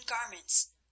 garments